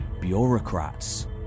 bureaucrats